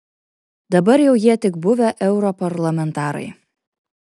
dabar jau jie tik buvę europarlamentarai